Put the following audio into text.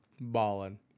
balling